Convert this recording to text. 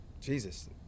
jesus